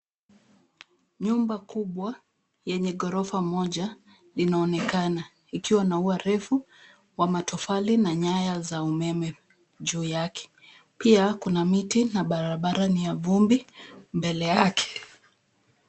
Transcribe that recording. Nyumba kubwa yenye ghorofa moja linaonekana likiwa na ua refu wa matofali na nyaya za umeme juu yake. Pia, kuna miti na barabara ni ya vumbi mbele yake.